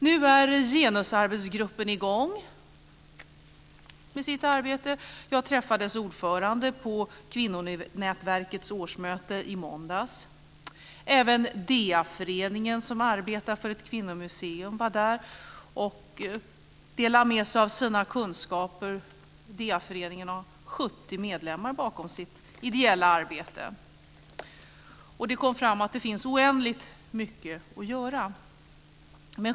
Nu är genusarbetsgruppen i gång med sitt arbete. Jag träffade dess ordförande på Kvinnonätverkets årsmöte i måndags. Även DEA-föreningen, som arbetar för ett kvinnomuseum, var där och delade med sig av sina kunskaper. DEA-föreningen har 70 medlemmar bakom sitt ideella arbete. Det kom fram att det finns oändligt mycket att göra.